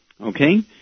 Okay